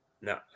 No